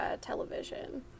television